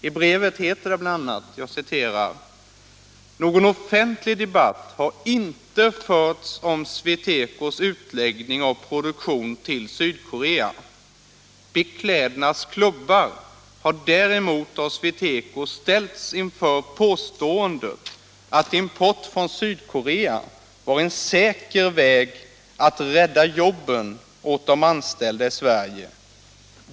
I brevet heter det bl.a.: ”Någon offentlig debatt har inte förts om SweTecos utläggning av produktion till Sydkorea. Beklädnads klubbar har däremot av SweTeco ställts inför påståendet att import från Sydkorea var en säker väg att rädda jobben åt de anställda i Sverige.